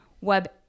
web